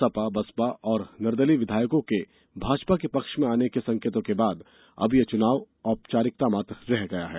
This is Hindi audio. सपा बसपा और निर्दलीय विधायकों के भाजपा के पक्ष में आने संकेतों के बाद अब ये चूनाव औपचारिकता मात्र रह गया है